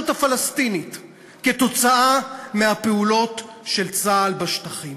הפלסטינית כתוצאה מהפעולות של צה"ל בשטחים.